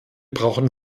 brauchen